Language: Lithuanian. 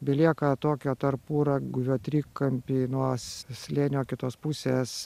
belieka tokio tarpuraguvio trikampį nuo slėnio kitos pusės